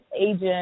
agent